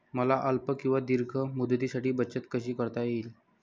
मला अल्प किंवा दीर्घ मुदतीसाठी बचत कशी करता येईल?